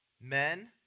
men